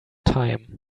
time